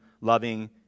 loving